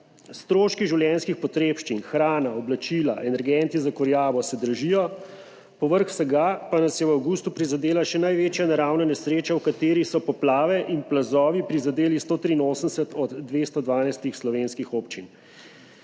Stroški življenjskih potrebščin, hrana, oblačila, energenti za kurjavo, se dražijo, povrh vsega pa nas je v avgustu prizadela še največja naravna nesreča, v kateri so poplave in plazovi prizadeli 183 od 212 slovenskih občin.